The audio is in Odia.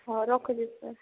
ହଁ ରଖୁଛି ସାର୍